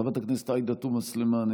חבר הכנסת איתמר בן גביר,